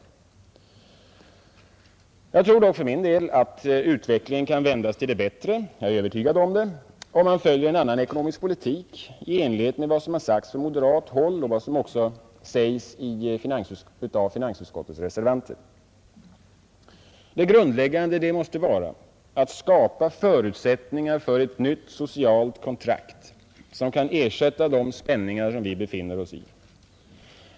För min del är jag dock övertygad om att utvecklingen kan vändas till det bättre om man följer en annan ekonomisk politik i enlighet med vad som sagts från moderat håll och i enlighet med vad som sägs av finansutskottets reservanter. Det grundläggande måste vara att skapa förutsättningar för ett nytt socialt kontrakt som kan ersätta de spänningar vi befinner oss i.